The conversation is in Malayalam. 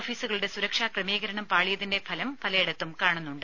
ഓഫീസുകളുടെ സുരക്ഷാ ക്രമീകരണം പാളിയതിന്റെ ഫലം പലയിടത്തും കാണുന്നുണ്ട്